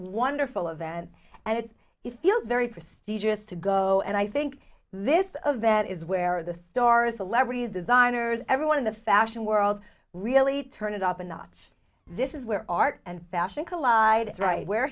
wonderful event and it's if you very prestigious to go and i think this of that is where the stars celebrities designers everyone in the fashion world really turn it up a notch this is where art and bashing collide right where